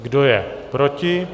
Kdo je proti?